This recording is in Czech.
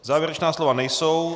Závěrečná slova nejsou.